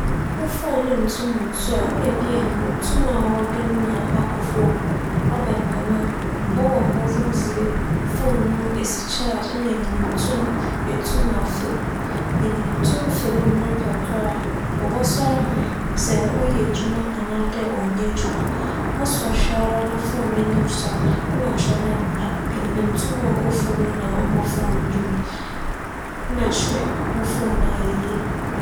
Mo foon no nntum nnsͻ a nna bia enyinam tum a ͻwͻ do no na akͻ famu. ͻba no dɛm a mobͻbͻ mbͻdzen dze foon no esi ͻharge mma enyinam tum etum afa mu. Enyinam tum fa mu mber kakra a, mobͻsͻ ahwɛ sɛ ͻyɛ edwuma anaa dɛ ͻnnyɛ edwuma. Mosͻ hwɛ ara na foon n'enyim sͻ a nna ͻkyerɛ dɛ ampa enyinam tum a ͻkͻ famu no na ͻmaa foon no dumee. Nna kyerɛ foon no ayɛ yie.